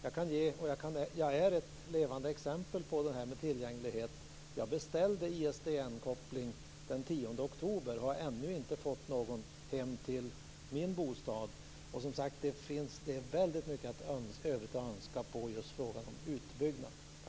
Jag är ett levande exempel på detta med tillgänglighet. Jag beställde en ISDN-koppling den 10 oktober och har ännu inte fått någon hem till min bostad. Det finns väldigt mycket i övrigt att önska när det gäller frågan om utbyggnaden.